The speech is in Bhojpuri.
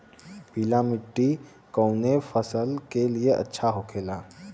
पीला मिट्टी कोने फसल के लिए अच्छा होखे ला?